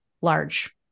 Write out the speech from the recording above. large